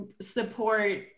support